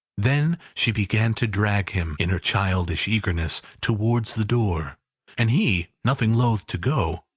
then she began to drag him, in her childish eagerness, towards the door and he, nothing loth to go,